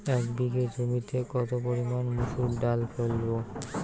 এক বিঘে জমিতে কত পরিমান মুসুর ডাল ফেলবো?